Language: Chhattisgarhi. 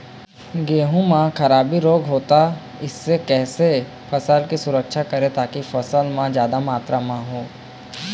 गेहूं म खराबी रोग होता इससे कैसे फसल की सुरक्षा करें ताकि फसल जादा मात्रा म हो?